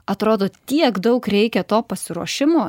atrodo tiek daug reikia to pasiruošimo